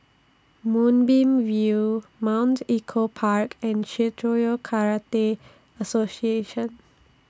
Moonbeam View Mount Echo Park and Shitoryu Karate Association